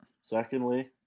Secondly